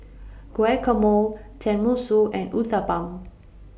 Guacamole Tenmusu and Uthapam